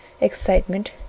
excitement